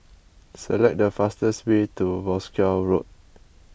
select the fastest way to Wolskel Road